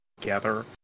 together